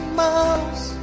miles